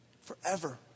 Forever